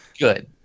Good